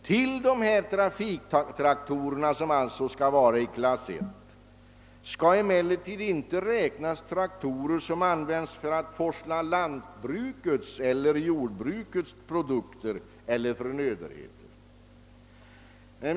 Till trafiktraktorer — alltså traktorer i klass I — skall emellertid inte räknas traktorer som används för att forsla lantbrukets eller skogsbrukets produkter eller förnödenheter.